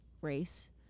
race